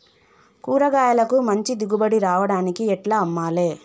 కూరగాయలకు మంచి దిగుబడి రావడానికి ఎట్ల అమ్మాలే?